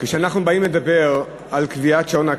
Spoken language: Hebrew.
כשאנחנו באים לדבר על קביעת שעון הקיץ,